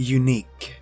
unique